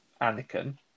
Anakin